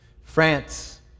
France